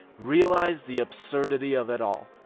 realize the absurdity of it all.